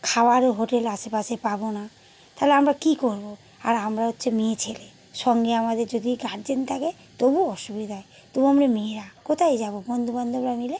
খাওয়ারও হোটেল আশেপাশে পাবো না তাহলে আমরা কী করবো আর আমরা হচ্ছে মেয়েছেলে সঙ্গে আমাদের যদি গার্জেন থাকে তবু অসুবিধা হয় তবু আমরা মেয়েরা কোথায় যাবো বন্ধুবান্ধবরা মিলে